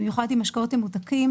במיוחד ממשקאות ממותקים,